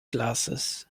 glasses